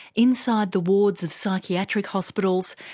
inside the wards of psychiatric hospitals,